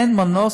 אין מנוס,